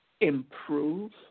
improve